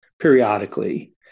periodically